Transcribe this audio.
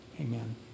Amen